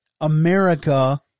America